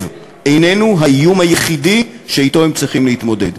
איננו האיום היחידי שאתו הם צריכים להתמודד,